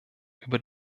über